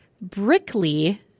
Brickley